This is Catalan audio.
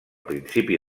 principi